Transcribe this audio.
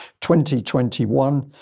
2021